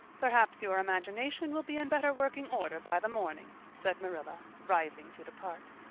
perhaps your imagination will be in better working order by the morning, said marilla, rising to depart.